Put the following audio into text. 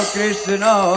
Krishna